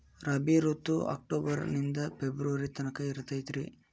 ರಾಬಿ ಋತು ಅಕ್ಟೋಬರ್ ನಿಂದ ಫೆಬ್ರುವರಿ ತನಕ ಇರತೈತ್ರಿ